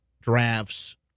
drafts